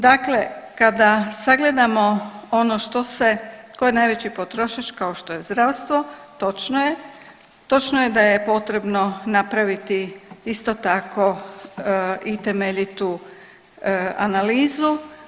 Dakle, kada sagledamo ono tko je najveći potrošač kao što je zdravstvo točno je, točno je da je potrebno napraviti isto tako i temeljitu analizu.